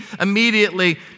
immediately